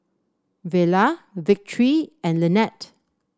Vela Victory and Lynnette